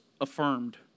affirmed